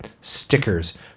stickers